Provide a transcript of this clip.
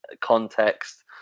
context